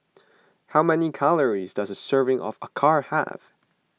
how many calories does a serving of Acar have